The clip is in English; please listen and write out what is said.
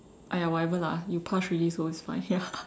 !aiya! whatever lah you pass already so it's fine ya